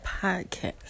Podcast